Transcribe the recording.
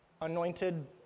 anointed